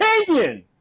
opinion